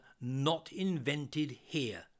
not-invented-here